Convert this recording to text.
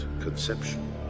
conception